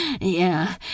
Yeah